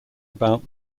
about